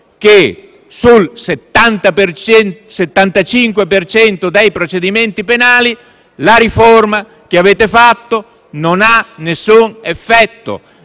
cento dei procedimenti penali la riforma che avete fatto non ha alcun effetto.